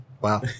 Wow